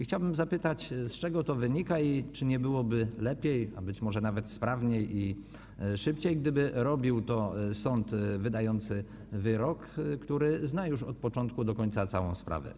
Chciałbym zapytać, z czego to wynika i czy nie byłoby lepiej, a być może nawet sprawniej i szybciej, gdyby robił to sąd wydający wyrok, który od początku do końca zna już całą sprawę.